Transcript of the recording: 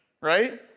right